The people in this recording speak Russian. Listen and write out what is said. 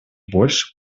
больше